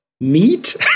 Meat